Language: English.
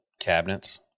cabinets